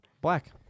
Black